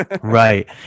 Right